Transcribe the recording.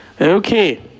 Okay